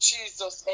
Jesus